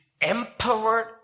empowered